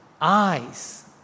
eyes